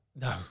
No